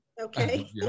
okay